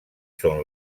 són